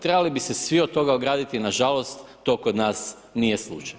Trebali bi se svi od toga ugraditi, nažalost to kod nas nije slučaj.